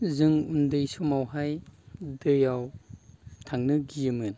जों उन्दै समावहाय दैयाव थांनो गियोमोन